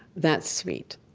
that's sweet.